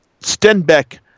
Stenbeck